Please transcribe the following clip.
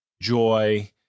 joy